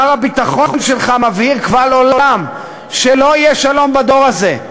שר הביטחון שלך מבהיר קבל עולם שלא יהיה שלום בדור הזה,